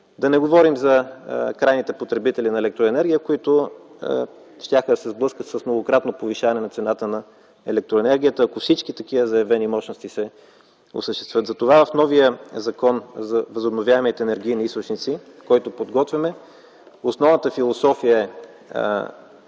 Да не говорим за крайните потребители на електроенергия, които щяха да се сблъскат с многократно повишаване на цената на електроенергията, ако всички тези заявени мощности се осъществят. Затова в новия Закон за възобновяемите енергийни източници, който подготвяме, основната философия е